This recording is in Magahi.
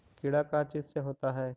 कीड़ा का चीज से होता है?